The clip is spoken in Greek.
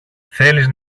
θέλεις